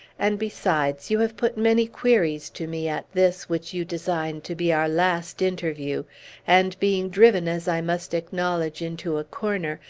and, besides, you have put many queries to me at this, which you design to be our last interview and being driven, as i must acknowledge, into a corner,